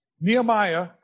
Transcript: Nehemiah